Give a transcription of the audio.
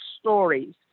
stories